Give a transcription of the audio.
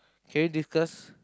can you discuss